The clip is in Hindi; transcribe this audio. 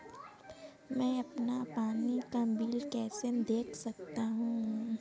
मैं अपना पानी का बिल कैसे देख सकता हूँ?